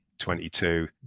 22